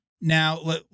now